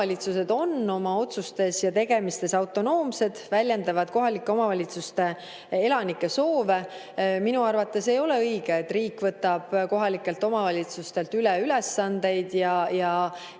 omavalitsused on oma otsustes ja tegemistes autonoomsed, nad väljendavad kohalike omavalitsuste elanike soove. Minu arvates ei ole õige, kui riik võtab kohalikelt omavalitsustelt üle ülesandeid ja